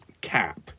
cap